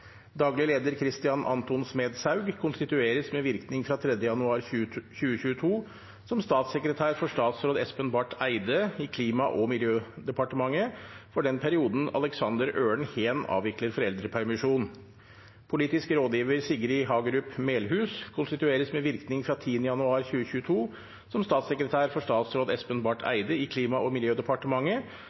Daglig leder Christian Anton Smedshaug konstitueres med virkning fra 3. januar 2022 som statssekretær for statsråd Espen Barth Eide i Klima- og miljødepartementet for den perioden Aleksander Øren Heen avvikler foreldrepermisjon. Politisk rådgiver Sigrid Hagerup Melhuus konstitueres med virkning fra 10. januar 2022 som statssekretær for statsråd Espen Barth Eide i Klima- og miljødepartementet